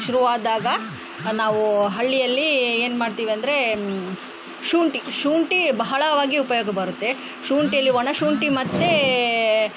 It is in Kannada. ಶುರುವಾದಾಗ ನಾವು ಹಳ್ಳಿಯಲ್ಲಿ ಏನು ಮಾಡ್ತೀವಂದರೆ ಶುಂಠಿ ಶುಂಠಿ ಬಹಳವಾಗಿ ಉಪಯೋಗ ಬರುತ್ತೆ ಶುಂಠಿಯಲ್ಲಿ ಒಣಶುಂಠಿ ಮತ್ತು